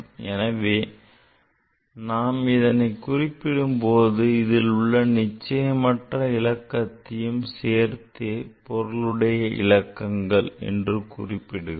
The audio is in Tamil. எனவே நாம் இதனை குறிப்பிடும்போது இதில் உள்ள நிச்சயமற்ற இலக்கத்தையும் சேர்த்தே பொருளுடைய இலக்கங்கள் என்று குறிப்பிடுகிறோம்